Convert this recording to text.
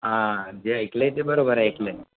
हां जे ऐकलं आहे ते बरोबर ऐकलं आहे